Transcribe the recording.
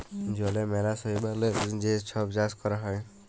জলে ম্যালা শৈবালের যে ছব চাষ ক্যরা হ্যয়